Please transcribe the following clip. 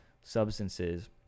substances